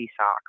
socks